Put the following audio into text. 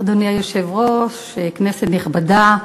אדוני היושב-ראש, כנסת נכבדה,